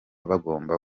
bagomba